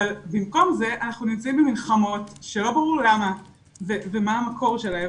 אבל במקום זה אנחנו נמצאים במלחמות שלא ברור למה ומה המקור שלהן,